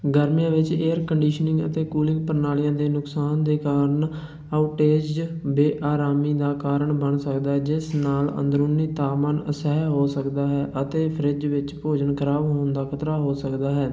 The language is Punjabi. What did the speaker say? ਗਰਮੀਆਂ ਵਿੱਚ ਏਅਰ ਕੰਡੀਸ਼ਨਿੰਗ ਅਤੇ ਕੂਲਿੰਗ ਪ੍ਰਣਾਲੀਆਂ ਦੇ ਨੁਕਸਾਨ ਦੇ ਕਾਰਨ ਆਊਟੇਜ ਬੇਅਰਾਮੀ ਦਾ ਕਾਰਨ ਬਣ ਸਕਦਾ ਹੈ ਜਿਸ ਨਾਲ ਅੰਦਰੂਨੀ ਤਾਪਮਾਨ ਅਸਹਿ ਹੋ ਸਕਦਾ ਹੈ ਅਤੇ ਫਰਿਜ ਵਿੱਚ ਭੋਜਨ ਖ਼ਰਾਬ ਹੋਣ ਦਾ ਖ਼ਤਰਾ ਹੋ ਸਕਦਾ ਹੈ